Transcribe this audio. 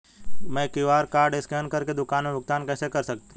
मैं QR code scan कर के दुकान में भुगतान कैसे कर सकती हूँ?